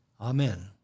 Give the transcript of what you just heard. Amen